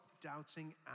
doubting